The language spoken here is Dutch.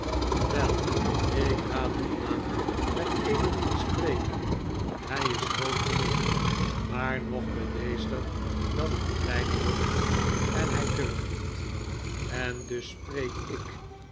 wel ik raad hem aan met emily te spreken hij is groot genoeg maar nog bedeesder dan een kleine jongen en'hij durft niet en dus spreek ik